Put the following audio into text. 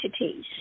entities